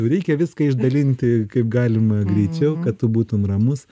reikia viską išdalinti kaip galima greičiau kad tu būtum ramus